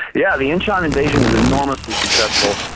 yeah. the inchon invasion was enormously successful.